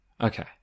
Okay